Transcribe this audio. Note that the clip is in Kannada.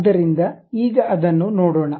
ಆದ್ದರಿಂದ ಈಗ ಅದನ್ನು ನೋಡೋಣ